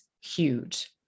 huge